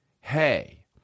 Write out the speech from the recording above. hey